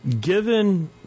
Given